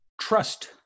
trust